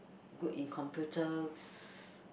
good in computers